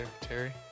Terry